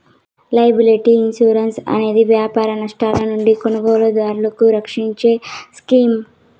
liability insurance అనేది వ్యాపార నష్టాల నుండి కొనుగోలుదారులను రక్షించే స్కీమ్